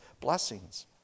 blessings